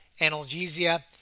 analgesia